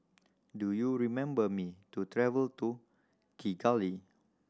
do you remember me to travel to Kigali